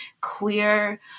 clear